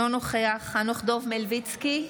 אינו נוכח חנוך דב מלביצקי,